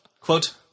Quote